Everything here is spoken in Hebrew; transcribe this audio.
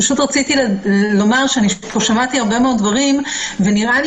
רציתי לומר ששמעתי פה הרבה מאוד דברים ונראה לי